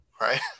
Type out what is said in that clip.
right